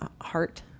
heart